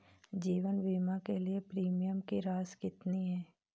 जीवन बीमा के लिए प्रीमियम की राशि कितनी है?